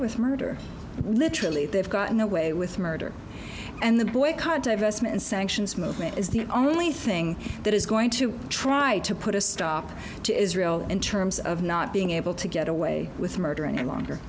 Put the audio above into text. with murder literally they've gotten away with murder and the boycott divestment and sanctions movement is the only thing that is going to try to put a stop to israel in terms of not being able to get away with murder and longer